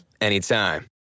anytime